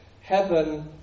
Heaven